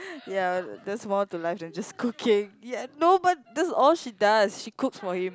ya there's more to life than just cooking ya no but that's all she does she cooks for him